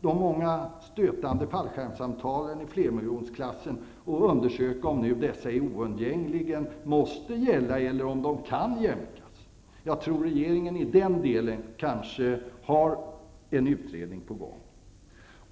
de många stötande fallskärmsavtalen i flermiljonsklassen och undersöka om dessa oundgängligen måste gälla eller om de kan jämkas. Jag tror att regeringen i den delen har en utredning på gång.